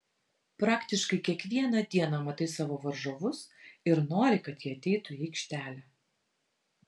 praktiškai kiekvieną dieną matai savo varžovus ir nori kad jie ateitų į aikštelę